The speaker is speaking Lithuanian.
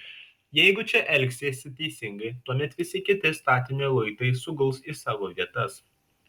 jeigu čia elgsiesi teisingai tuomet visi kiti statinio luitai suguls į savo vietas